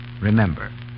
Remember